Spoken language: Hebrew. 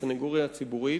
הסניגוריה הציבורית,